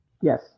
Yes